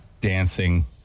dancing